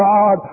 God